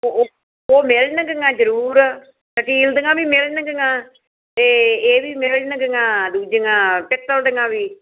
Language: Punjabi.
ਉਹ ਮਿਲਣਗੇ ਮੈਂ ਜ਼ਰੂਰ ਅਪੀਲ ਦੀਆਂ ਵੀ ਮਿਲਣਗੀਆਂ ਅਤੇ ਇਹ ਵੀ ਮਿਲਦੀਆਂ ਦੂਜੀਆਂ ਪਿੱਤਲ ਦੀਆਂ ਵੀ